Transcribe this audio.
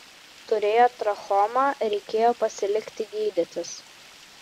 turėjo trachomą reikėjo pasilikti gydytis